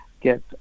get